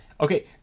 Okay